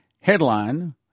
Headline